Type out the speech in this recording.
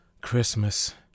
Christmas